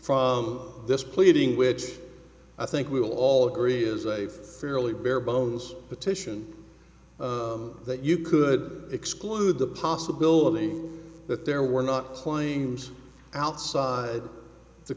from this pleading which i think we will all agree is a fairly bare bones petition that you could exclude the possibility that there were not supplying arms outside the